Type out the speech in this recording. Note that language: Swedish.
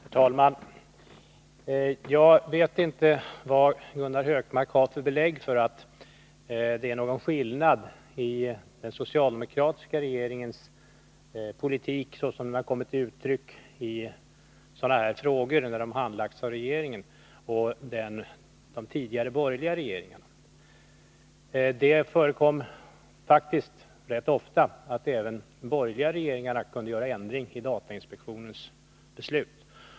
Herr talman! Jag vet inte vilka belägg Gunnar Hökmark har för sitt påstående att det skulle finnas en skillnad mellan den socialdemokratiska regeringens politik — såsom denna har kommit till uttryck i frågor av detta slag som handläggs av regeringen — och de tidigare borgerliga regeringarnas politik. Det har faktiskt rätt ofta förekommit att också de borgerliga regeringarna gjort ändringar beträffande datainspektionens beslut.